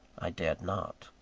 i dared not.